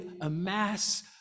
amass